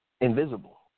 invisible